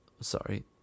sorry